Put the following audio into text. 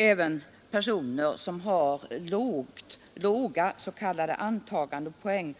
Även personer som har låga s.k. antagandepoäng